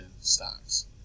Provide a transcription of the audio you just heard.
stocks